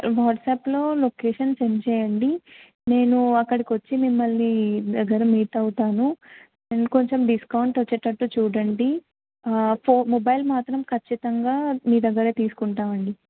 వాట్సప్లో location send చెయ్యండి నేను అక్కడికొచ్చి మిమ్మల్ని మీ దగ్గర మీట్ అవుతాను అండ్ కొంచెం డిస్కౌంట్ వచ్చేటట్టు చూడండి ఫోన్ మొబైల్ మాత్రం ఖచ్చితంగా మీ దగ్గరే తీసుకుంటామండి